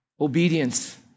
obedience